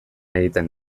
egiten